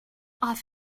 off